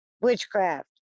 witchcraft